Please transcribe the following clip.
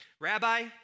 Rabbi